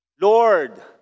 Lord